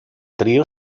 trío